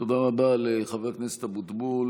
תודה רבה לחבר הכנסת אבוטבול.